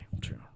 true